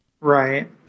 Right